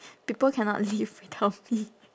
people cannot live without me